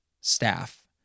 staff